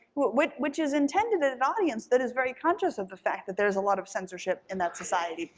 which which is intended at an audience that is very conscious of the fact that there is a lot of censorship in that society,